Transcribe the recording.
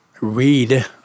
read